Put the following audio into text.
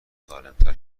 سالمتر